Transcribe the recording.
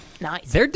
Nice